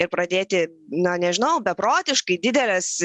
ir pradėti na nežinau beprotiškai dideles